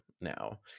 now